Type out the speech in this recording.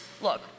look